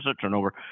turnover